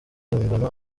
impimbano